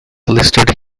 listed